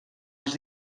els